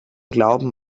glauben